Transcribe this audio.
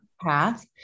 Path